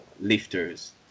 lifters